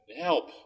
help